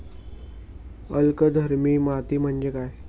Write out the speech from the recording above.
अल्कधर्मी माती म्हणजे काय?